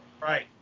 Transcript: Right